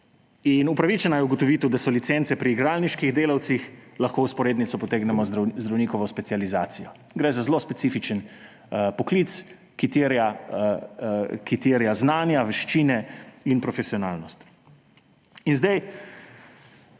In upravičena je ugotovitev, da so licence pri igralniških delavcih, lahko vzporednico potegnemo z zdravnikovo specializacijo; gre za zelo specifičen poklic, ki terja znanja, veščine in profesionalnost.